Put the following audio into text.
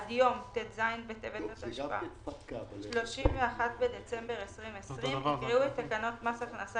עד יום ט"ז בטבת התשפ"א (31 בדצמבר 2020) יקראו את תקנות מס הכנסה